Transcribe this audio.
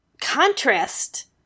contrast